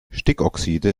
stickoxide